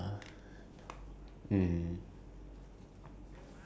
all of us are like grown up and like busy and with